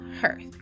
Hearth